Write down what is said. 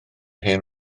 hen